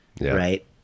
right